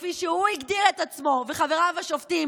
כפי שהוא הגדיר את עצמו וחבריו השופטים,